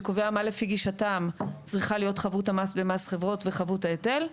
שקובע מה לפי גישתם צריכה להיות חבות המס במס חברות וחבות ההיטל,